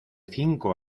cinco